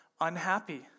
unhappy